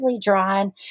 drawn